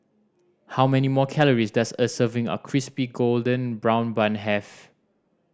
how many more calories does a serving of Crispy Golden Brown Bun have